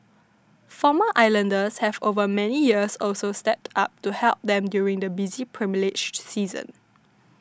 former islanders have over many years also stepped up to help them during the busy pilgrimage season